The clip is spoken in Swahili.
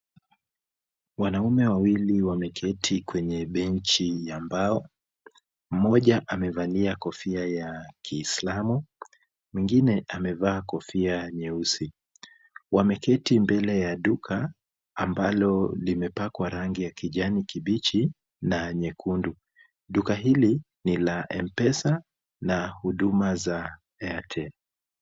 Wanaume wawili wameketi kwenye benchi ya mbao. Mmoja amevalia kofia ya kiislamu. Mwingine amevaa kofia nyeusi. Wameketi mbele ya duka ambalo limepakwa rangi ya kijani kibichi na nyekundu. Duka hili ni la M-Pesa na huduma za Airtel.